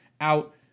out